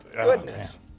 goodness